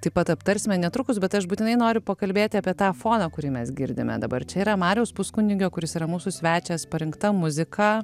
taip pat aptarsime netrukus bet aš būtinai noriu pakalbėti apie tą foną kurį mes girdime dabar čia yra mariaus puskunigio kuris yra mūsų svečias parinkta muzika